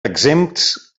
exempts